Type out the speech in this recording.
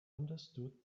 understood